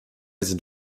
sind